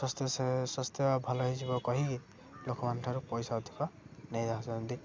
ସ୍ୱାସ୍ଥ୍ୟ ସ୍ୱାସ୍ଥ୍ୟ ଭଲ ହୋଇଯିବ କହିକି ଲୋକମାନେ ଠାରୁ ପଇସା ଅଧିକ ନେଇ ଯାଉଛନ୍ତି